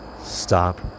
Stop